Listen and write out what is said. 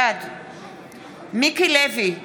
בעד מיקי לוי,